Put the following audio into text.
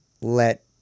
let